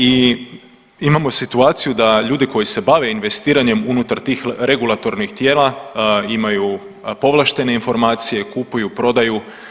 I imamo situaciju da ljudi koji se bave investiranjem unutar tih regulatornih tijela imaju povlaštene informacije, kupuju, prodaju.